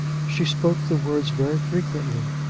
she spoke the words very frequently,